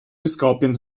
scorpions